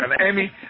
Amy